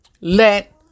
let